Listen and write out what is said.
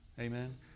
Amen